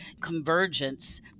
convergence